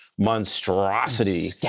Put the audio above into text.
monstrosity